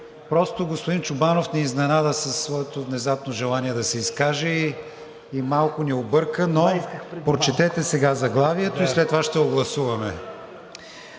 Просто господин Чобанов ни изненада със своето внезапно желание да се изкаже и малко ни обърка. Прочетете сега заглавието и след това ще го гласуваме.